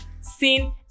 sin